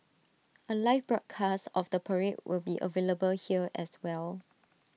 A live broadcast of the parade will be available here as well